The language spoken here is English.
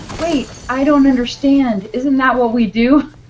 wait i don't understand. isn't that what we do.